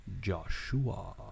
Joshua